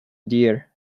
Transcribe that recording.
deer